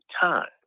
time